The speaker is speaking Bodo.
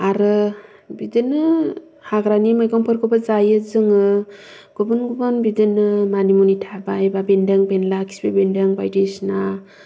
आरो बिदिनो हाग्रानि मैगंफोरखौबो जायो जोङो गुबुन गुबनन बिदिनो मानि मुनि थाबाय बेन्दों बेन्ला खिफि बेन्दों बायदिसिना